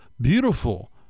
beautiful